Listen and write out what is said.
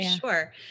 Sure